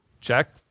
Check